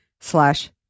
slash